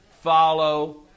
follow